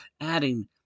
adding